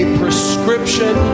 prescription